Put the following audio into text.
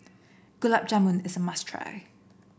Gulab Jamun is a must try